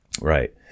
right